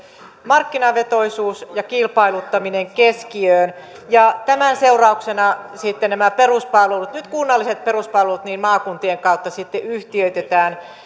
markkinavetoisuus ja kilpailuttaminen keskiöön ja tämän seurauksena sitten nämä nyt kunnalliset peruspalvelut maakuntien kautta yhtiöitetään